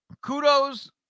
kudos